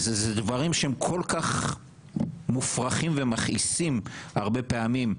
זה דברים שהם כל-כך מופרכים ומכעיסים הרבה פעמים,